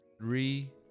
three